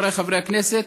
חבריי חברי הכנסת,